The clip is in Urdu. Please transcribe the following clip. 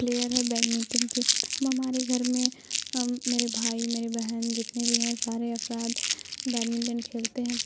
پلیئر ہے بیڈمنٹن کی اب ہمارے گھر میں میرے بھائی میرے بہن جتنے بھی ہیں سارے افراد بیڈمنٹن کھیلتے ہیں